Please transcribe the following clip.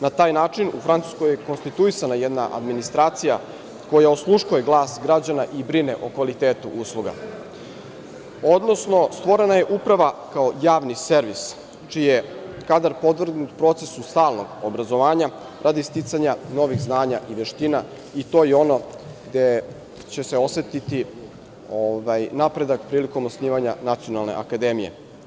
Na taj način, u Francuskoj je konstituisana jedna administracija koja osluškuje glas građana i brine o kvalitetu usluga, odnosno, stvorena je uprava kao javni servis, čiji je kadar podvrgnut procesu stalnog obrazovanja, radi sticanja novih znanja i veština i to je ono gde će se osetiti napredak prilikom osnivanja Nacionalne akademije.